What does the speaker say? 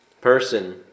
person